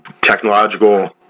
technological